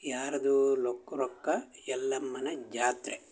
ಯಾರದ್ದೋ ಲೊಕ್ ರೊಕ್ಕ ಯಲ್ಲಮ್ಮನ ಜಾತ್ರೆ